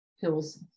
pills